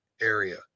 area